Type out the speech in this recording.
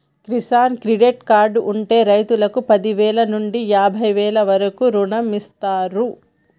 Kisan credit card ఉంటె రైతుకు పదివేల నుండి యాభై వేల వరకు రుణమిస్తారు